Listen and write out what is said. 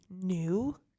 new